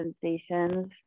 sensations